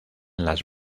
las